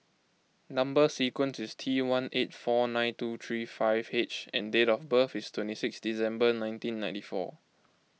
Number Sequence is T one eight four nine two three five H and date of birth is twenty six December nineteen ninety four